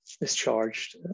discharged